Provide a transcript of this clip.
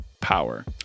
power